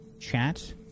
Chat